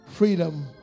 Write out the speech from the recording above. Freedom